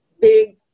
big